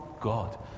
God